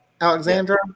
Alexandra